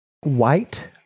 white